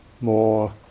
more